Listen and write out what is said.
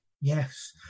Yes